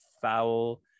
foul